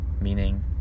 meaning